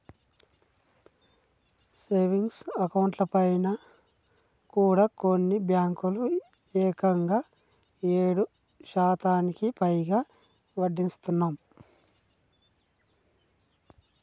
savings అకౌంట్లపైన కూడా కొన్ని బ్యేంకులు ఏకంగా ఏడు శాతానికి పైగా వడ్డీనిత్తన్నయ్